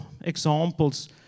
examples